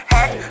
Head